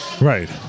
Right